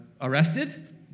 arrested